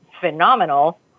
phenomenal